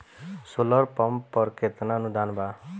Solar pump पर केतना अनुदान बा?